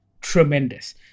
tremendous